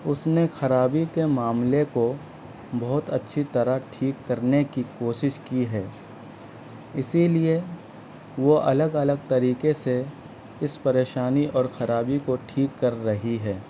اس نے خرابی کے معاملے کو بہت اچھی طرح ٹھیک کرنے کی کوشش کی ہے اسی لیے وہ الگ الگ طریقے سے اس پریشانی اور خرابی کو ٹھیک کر رہی ہے